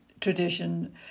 tradition